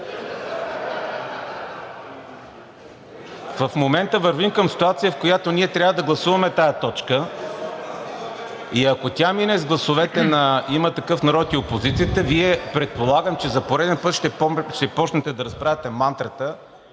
В момента вървим към ситуация, в която ние трябва да гласуваме тази точка и ако тя мине с гласовете на „Има такъв народ“ и опозицията, Вие, предполагам, че за пореден път ще почнете да разправяте мантрата